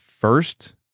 first